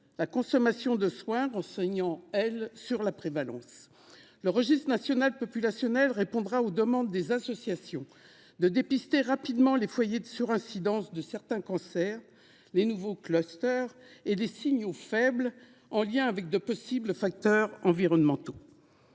la consommation de soins nous renseignant quant à elles sur leur prévalence. Le registre national populationnel répondra aux demandes des associations de dépister rapidement les foyers de surincidence de certains cancers, les nouveaux et les signaux faibles, en lien avec de possibles facteurs environnementaux.